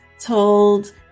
told